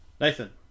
Nathan